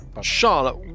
Charlotte